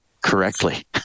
correctly